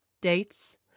dates